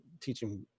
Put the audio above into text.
teaching